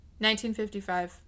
1955